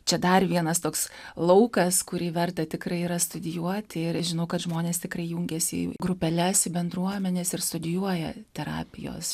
čia dar vienas toks laukas kurį verta tikrai yra studijuoti ir žinau kad žmonės tikrai jungiasi grupeles į bendruomenes ir studijuoja terapijos